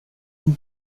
une